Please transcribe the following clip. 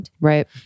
Right